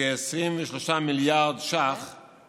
כ-23 מיליארד שקלים